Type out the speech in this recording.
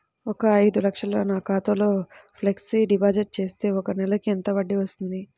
ఒక ఐదు లక్షలు నా ఖాతాలో ఫ్లెక్సీ డిపాజిట్ చేస్తే ఒక నెలకి ఎంత వడ్డీ వర్తిస్తుంది?